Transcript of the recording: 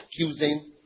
accusing